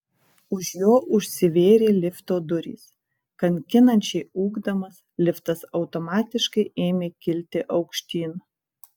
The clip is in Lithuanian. už jo užsivėrė lifto durys kankinančiai ūkdamas liftas automatiškai ėmė kilti aukštyn